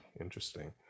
Interesting